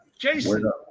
Jason